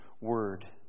Word